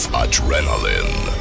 adrenaline